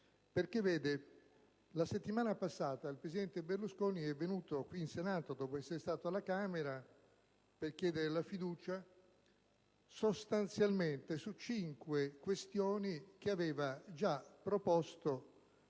Vede, la settimana passata, il presidente Berlusconi è venuto in Senato, dopo essere stato alla Camera, per chiedere la fiducia sostanzialmente su cinque questioni che aveva già proposto